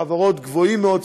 גבוהים מאוד,